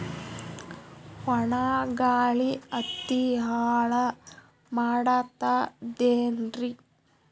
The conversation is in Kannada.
ಒಣಾ ಗಾಳಿ ಹತ್ತಿ ಹಾಳ ಮಾಡತದೇನ್ರಿ?